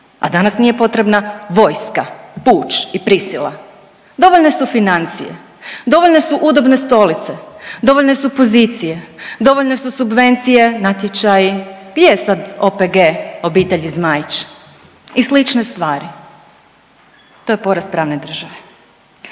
a danas nije potrebna vojska, puč i prisila. Dovoljne su financije. Dovoljne su udobne stolice, dovoljne su pozicije, dovoljne su subvencije, natječaji, gdje je sad OPG obitelji Zmaić i slične stvari? To je poraz pravne države.